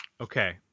Okay